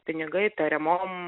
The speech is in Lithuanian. pinigai tariamom